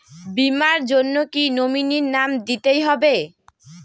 বীমার জন্য কি নমিনীর নাম দিতেই হবে?